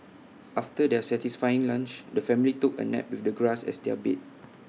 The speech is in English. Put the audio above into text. after their satisfying lunch the family took A nap with the grass as their bed